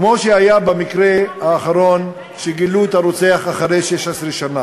כמו שהיה במקרה האחרון שגילו את הרוצח אחרי 16 שנה.